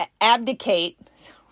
abdicate